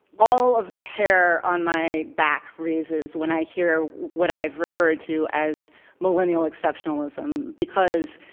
all of the hair on my back raises when i hear what i have referred to as millennial exceptionalism, because